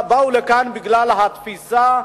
באו לכאן בגלל התפיסה,